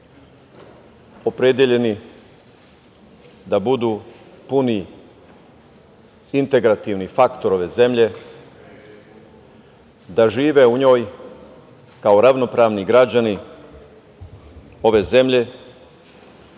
da budu puni integrativni faktor ove zemlje, da žive u njoj kao ravnopravni građani ove zemlje